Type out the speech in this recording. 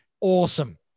Awesome